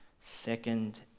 second